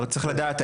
אבל צריך לדעת,